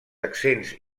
accents